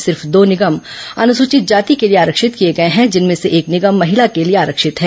सिर्फ दो निगमं अनुसूचित जाति के लिए आरक्षित किए गए हैं जिनमें से एक निगम महिला के लिए आरक्षित है